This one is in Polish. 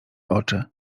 oczy